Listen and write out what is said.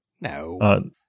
No